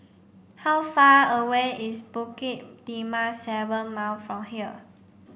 how far away is Bukit Timah Seven Mile from here